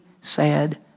sad